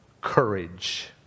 courage